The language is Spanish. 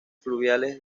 fluviales